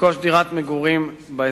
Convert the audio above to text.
לרכוש דירות מגורים באזור.